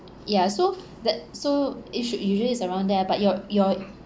ya so that so it should usually is around there but your your